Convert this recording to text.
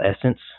essence